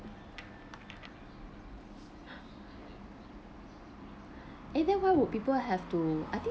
and then why would people have to I think